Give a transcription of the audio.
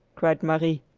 cried marie,